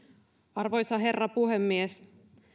arvoisa herra puhemies